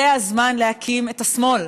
זה הזמן להקים את השמאל,